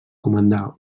comandà